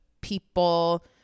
people